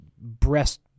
breast